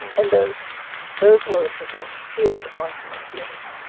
and those those words have been seared onto my being.